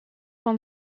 van